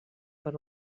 per